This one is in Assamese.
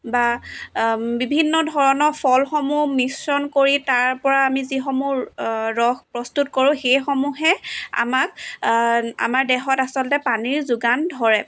বা বিভিন্ন ধৰণৰ ফলসমূহ মিশ্ৰণ কৰি তাৰ পৰা আমি যিসমূহ ৰস প্ৰস্তুত কৰোঁ সেইসমূহে আমাৰ আমাৰ দেহত আচলতে পানীৰ যোগান ধৰে